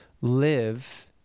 live